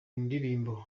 ndirimbo